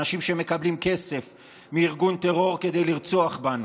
אנשים שמקבלים כסף מארגון טרור כדי לרצוח בנו.